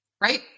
right